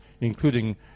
including